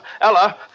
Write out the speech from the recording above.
Ella